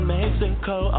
Mexico